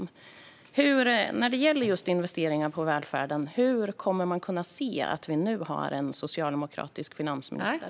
Jag vill ställa en fråga som jag själv ofta får: När det gäller just investeringar i välfärden, hur kommer man att kunna se att vi nu har en socialdemokratisk finansminister?